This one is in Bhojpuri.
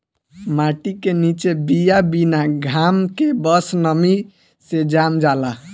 माटी के निचे बिया बिना घाम के बस नमी से जाम जाला